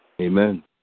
Amen